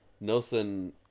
Nelson